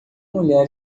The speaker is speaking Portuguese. mulher